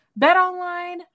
Betonline